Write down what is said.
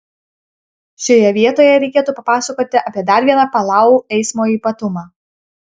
šioje vietoje reikėtų papasakoti apie dar vieną palau eismo ypatumą